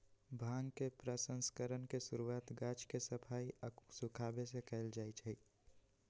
भांग के प्रसंस्करण के शुरुआत गाछ के सफाई आऽ सुखाबे से कयल जाइ छइ